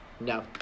No